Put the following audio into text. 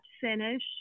finish